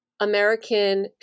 American